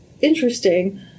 interesting